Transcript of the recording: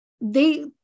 They-